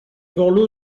borloo